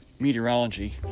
meteorology